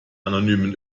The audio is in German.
anonymen